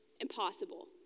impossible